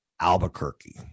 Albuquerque